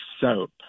soap